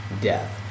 death